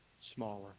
smaller